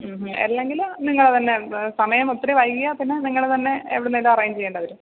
അല്ലെങ്കിൽ നിങ്ങൾ തന്നെ സമയം ഒത്തിരി വൈകിയാൽ പിന്നെ നിങ്ങൾ തന്നെ എവിടുന്നെങ്കിലും അറേഞ്ച് ചെയ്യേണ്ടി വരും